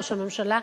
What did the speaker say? ראש הממשלה,